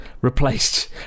replaced